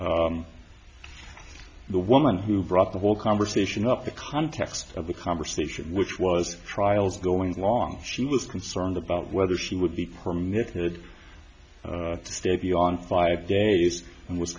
woman who brought the whole conversation up the context of the conversation which was trial's going long she was concerned about whether she would be permitted to stay beyond five days and was